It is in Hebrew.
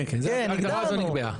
כן, הגדרנו.